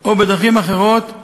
או בדרכים אחרות,